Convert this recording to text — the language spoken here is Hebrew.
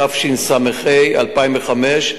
התשס"ה 2005,